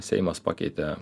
seimas pakeitė